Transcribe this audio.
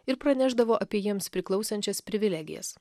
ir pranešdavo apie jiems priklausančias privilegijas